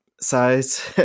size